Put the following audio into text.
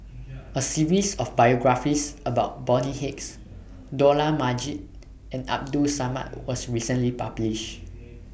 A series of biographies about Bonny Hicks Dollah Majid and Abdul Samad was recently published